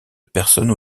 personnes